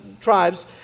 tribes